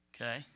Okay